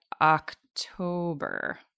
October